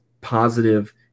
positive